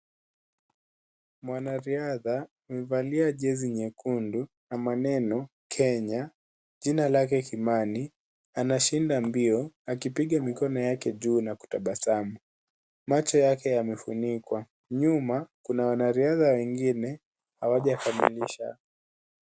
Mwanariadha amevalia jezi nyekundu ama neno Kenya jina lake Kimani anashinda mbio akipiga mikono yake juu na kutabasamu, macho yake yamefunikwa. Nyumba kuna wanariadha wengine hawajakamilisha.